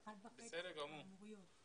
בסדר גמור.